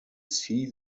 see